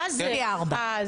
זה פי ארבעה.